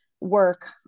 work